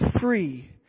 free